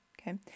Okay